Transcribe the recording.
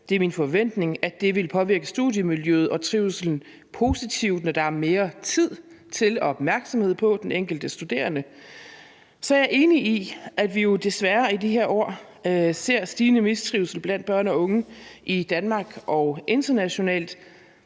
Det er min forventning, at det vil påvirke studiemiljøet og trivslen positivt, når der er mere tid til og opmærksomhed på den enkelte studerende. Så er jeg enig i, at vi jo desværre i de her år ser stigende mistrivsel blandt børn og unge i Danmark og internationalt,